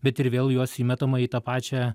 bet ir vėl juos įmetama į tą pačią